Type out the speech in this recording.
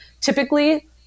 typically